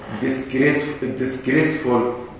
disgraceful